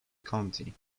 county